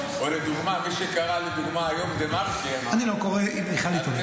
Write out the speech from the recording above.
או מי שקרא לדוגמה היום דה-מרקר --- אני לא קורא בכלל עיתונים.